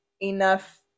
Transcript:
enough